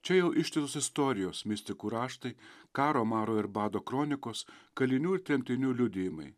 čia jau ištisos istorijos mistikų raštai karo maro ir bado kronikos kalinių ir tremtinių liudijimai